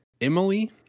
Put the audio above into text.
Emily